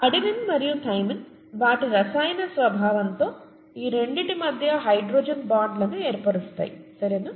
adenine మరియు thymine వాటి రసాయన స్వభావంతో ఈ రెండింటి మధ్య హైడ్రోజన్ బాండ్ లను ఏర్పరుస్తాయి సరేనా